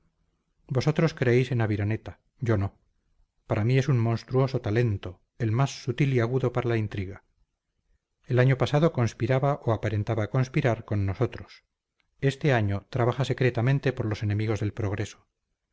vosotros creéis en aviraneta yo no para mí es un monstruoso talento el más sutil y agudo para la intriga el año pasado conspiraba o aparentaba conspirar con nosotros este año trabaja secretamente por los enemigos del progreso